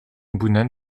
boonen